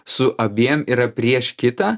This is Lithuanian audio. su abiem yra prieš kitą